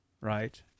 right